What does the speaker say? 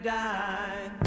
die